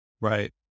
Right